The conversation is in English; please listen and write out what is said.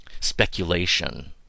speculation